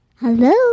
Hello